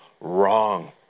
wrong